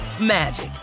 magic